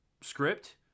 script